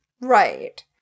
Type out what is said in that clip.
Right